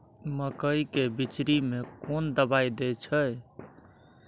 मकई के बिचरी में कोन दवाई दे छै?